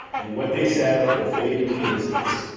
and what they said will fade into the distance.